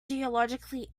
geologically